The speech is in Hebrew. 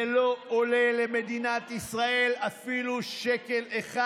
זה לא עולה למדינת ישראל אפילו שקל אחד,